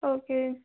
okay